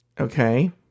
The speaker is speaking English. Okay